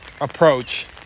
approach